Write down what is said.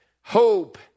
hope